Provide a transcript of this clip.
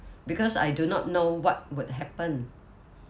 because I do not know what would happen